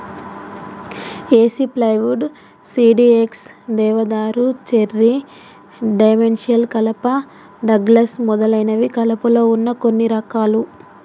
ఏసి plywood, CDX, దేవదారు, cherry, dimensional కలప, Douglas మొదలైనవి కలపలో వున్న కొన్ని రకాలు